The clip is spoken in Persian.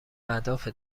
اهداف